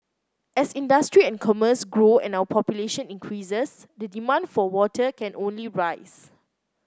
as industry and commerce grow and our population increases the demand for water can only rise